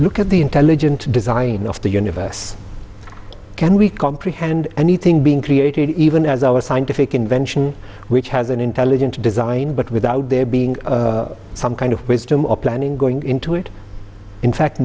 look at the intelligent design of the universe can we comprehend anything being created even as our scientific invention which has an intelligent design but without there being some kind of wisdom or planning going into it in fact